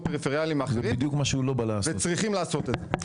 פריפריאליים אחרים וצריכים לעשות את זה.